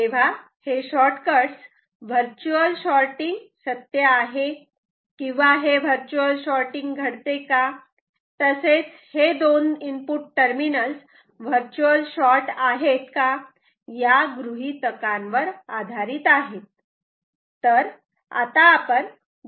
तेव्हा हे short cuts virtual shorting सत्य आहे किंवा हे वर्च्युअल शॉटिंग घडते तसेच दोन इनपुट टर्मिनल्स वर्च्युअलि शॉर्ट आहेत या गृहीतकांवर आधारित आहेत